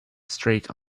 straight